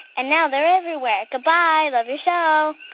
and now they're everywhere. goodbye. love your show